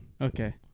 Okay